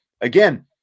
again